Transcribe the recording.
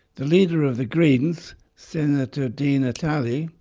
the leader of the greens, senator di natale,